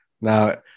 Now